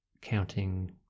counting